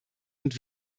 und